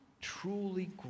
truly